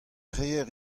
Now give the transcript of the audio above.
reer